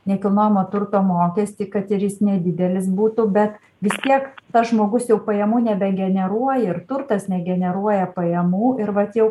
nekilnojamo turto mokestį kad ir jis nedidelis būtų bet vis tiek tas žmogus jau pajamų nebegeneruoja ir turtas negeneruoja pajamų ir vat jau